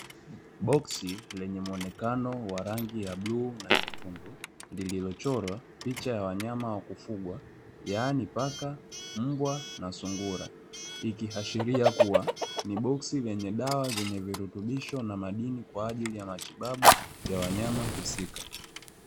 Boksi lenye muonekano wa rangi ya bluu na nyekundu, lililochorwa picha ya wanyama wa kufugwa, yaani paka, mbwa, na sungura, likiashiria kuwa ni boksi lenye dawa zenye virutubisho na madini, kwa ajili ya matibabu ya wanyama husika.